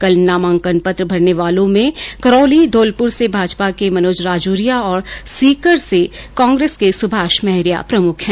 कल नामांकन पत्र भरने वालों में करौली घौलपुर से भाजपा के मनोज राजौरिया और सीकर से कांग्रेस के सुभाष महरिया प्रमुख हैं